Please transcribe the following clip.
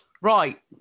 Right